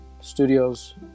studios